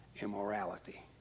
immorality